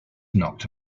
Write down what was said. knocked